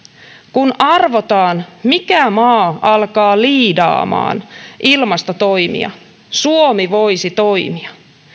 kun arvotaan mikä maa alkaa liidaamaan ilmastotoimia suomi voisi toimia